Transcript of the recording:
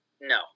No